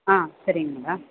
ஆ சரிங்க மேடம்